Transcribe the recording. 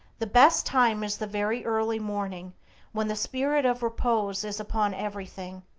the best time is the very early morning when the spirit of repose is upon everything.